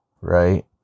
right